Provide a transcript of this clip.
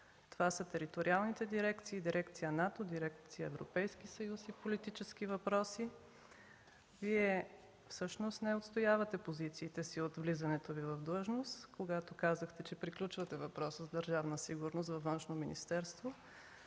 Това са териториалните дирекции, Дирекция „НАТО”, Дирекция „Европейски съюз и политически въпроси”. Вие всъщност не отстоявате позициите си от влизането Ви в длъжност, когато казахте, че приключвате въпроса с Държавна сигурност във Външно министерство.